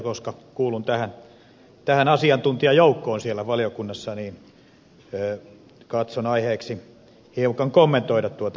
koska kuulun tähän asiantuntijajoukkoon siellä valiokunnassa niin katson aiheelliseksi hiukan kommentoida tuota ed